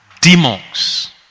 demons